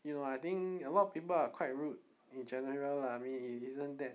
you know I think a lot of people are quite rude in general lah I mean it isn't that